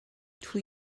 توی